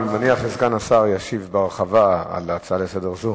אני מניח שסגן השר ישיב בהרחבה על ההצעה הזאת לסדר-היום.